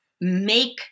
make